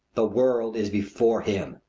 the world is before him.